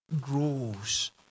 grows